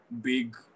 big